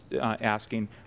asking